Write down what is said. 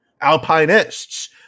Alpinists